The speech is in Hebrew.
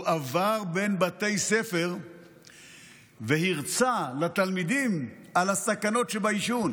הוא עבר בין בתי ספר והרצה לתלמידים על הסכנות שבעישון.